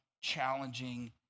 challenging